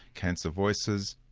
cancer voices.